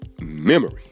memory